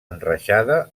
enreixada